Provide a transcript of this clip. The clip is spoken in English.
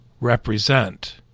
represent